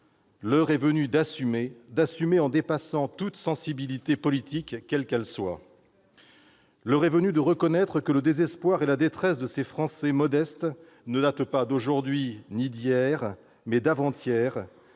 L'heure est venue d'assumer, d'assumer en dépassant toutes les sensibilités politiques, quelles qu'elles soient. L'heure est venue de reconnaître que le désespoir et la détresse de ces Français modestes ne datent pas d'aujourd'hui, ni d'hier, mais d'avant-hier,